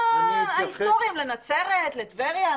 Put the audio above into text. ולמקומות ההיסטוריים, לנצרת, לטבריה.